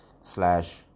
slash